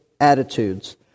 attitudes